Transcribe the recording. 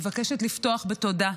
מבקשת לפתוח בתודה.